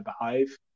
behave